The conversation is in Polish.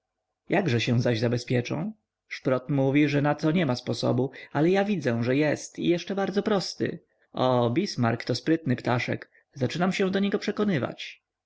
jakże się zaś zabezpieczą szprot mówi że nato niema sposobu ale ja widzę że jest i jeszcze bardzo prosty o bismark to sprytny ptaszek zaczynam się do niego przekonywać